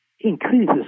increases